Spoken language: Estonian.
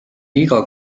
iga